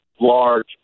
large